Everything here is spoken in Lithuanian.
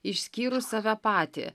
išskyrus save patį